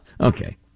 okay